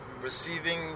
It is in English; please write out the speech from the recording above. receiving